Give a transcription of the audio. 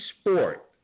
sport